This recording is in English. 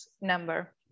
number